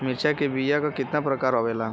मिर्चा के बीया क कितना प्रकार आवेला?